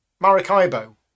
Maracaibo